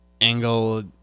angle